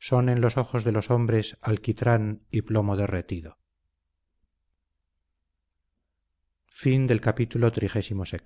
son en los ojos de los hombres alquitrán y plomo derretido los